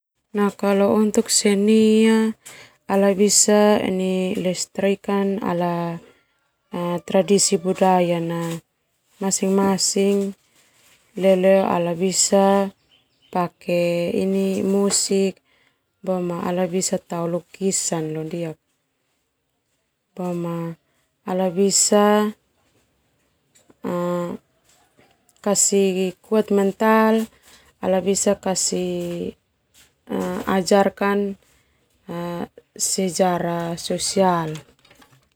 Seni ala bisa lestarikan tradisi budaya nala masing-masing ala bisa pake musik, boma ala bisa tao lukisan leondiak, boma ala bisa kasih kuat mental ala bisa kasih ajarkan sejarah sosial.